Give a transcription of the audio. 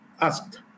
asked